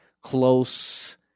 close